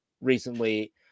recently